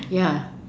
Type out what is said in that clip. ya